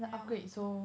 yeah